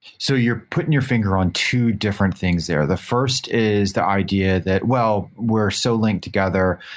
so you're putting your finger on two different things there. the first is the idea that, well, we're so linked together.